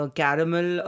caramel